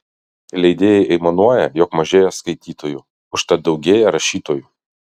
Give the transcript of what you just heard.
leidėjai aimanuoja jog mažėja skaitytojų užtat daugėja rašytojų